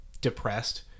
depressed